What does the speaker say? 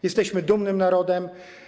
Jesteśmy dumnym narodem.